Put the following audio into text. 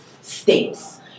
states